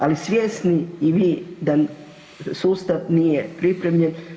Ali svjesni i vi da sustav nije pripremljen.